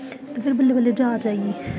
ते बल्लें बल्लें जाच आई